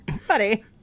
Funny